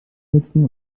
nutzen